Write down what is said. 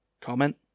comment